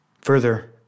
Further